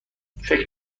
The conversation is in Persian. فکر